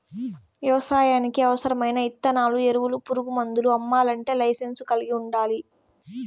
వ్యవసాయానికి అవసరమైన ఇత్తనాలు, ఎరువులు, పురుగు మందులు అమ్మల్లంటే లైసెన్సును కలిగి ఉండల్లా